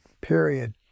period